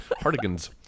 Hardigan's